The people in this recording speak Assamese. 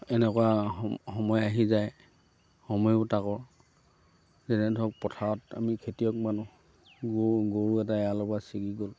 এনেকুৱা সম সময় আহি যায় সময়ো তাকৰ যেনে ধৰক পথাৰত আমি খেতিয়ক মানুহ গৰু গৰু এটা এৰালৰ পৰা ছিগি গ'ল